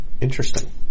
Interesting